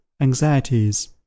anxieties